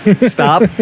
stop